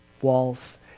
walls